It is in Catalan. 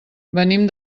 venim